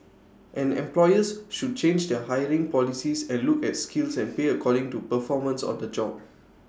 and employers should change their hiring policies and look at skills and pay according to performance on the job